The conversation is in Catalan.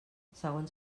segons